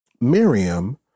Miriam